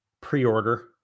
pre-order